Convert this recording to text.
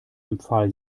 empfahl